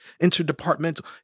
interdepartmental